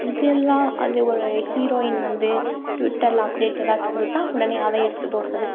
இதெல்லாம் அது ஒரு ஹீரோயின் வந்து ட்விட்டரில் அப்டேட் எதாச்சு கொடுத்தா உடனே அதை எடுத்து போடுறது